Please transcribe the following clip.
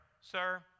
Sir